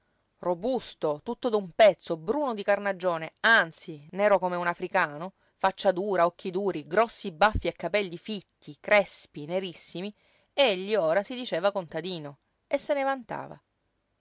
robusto tutto d'un pezzo bruno di carnagione anzi nero come un africano faccia dura occhi duri grossi baffi e capelli fitti crespi nerissimi egli ora si diceva contadino e se ne vantava